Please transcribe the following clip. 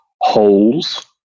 holes